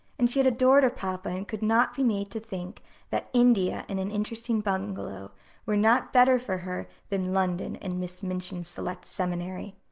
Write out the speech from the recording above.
and she had adored her papa, and could not be made to think that india and an interesting bungalow were not better for her than london and miss minchin's select seminary.